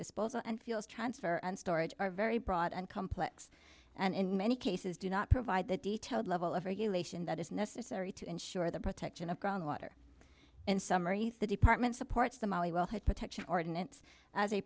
disposal and fields transfer and storage are very broad and complex and in many cases do not provide the detail of level of regulation that is necessary to ensure the protection of groundwater in summary the department supports the molly will have protection ordinance as a